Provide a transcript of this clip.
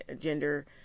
gender